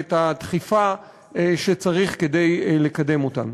את הדחיפה שצריך כדי לקדם אותם.